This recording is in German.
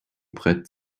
brett